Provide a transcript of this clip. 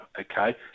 okay